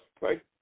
right